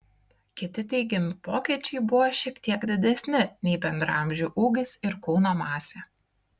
kiti teigiami pokyčiai buvo šiek tiek didesnis nei bendraamžių ūgis ir kūno masė